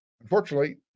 Unfortunately